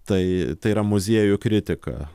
tai tai yra muziejų kritika